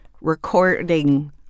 recording